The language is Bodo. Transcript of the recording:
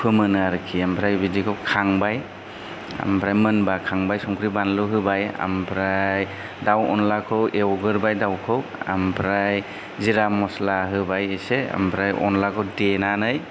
फोमोनो आरोखि ओमफ्राय बिदैखौ खांबाय ओमफ्राय मोनबा खांबाय संख्रै बानलु होबाय ओमफ्राय दाव अनलाखौ एवग्रोबाय दावखौ ओमफ्राय जिरा मस्ला होबाय एसे ओमफ्राय अनलाखौ देनानै